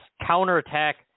counterattack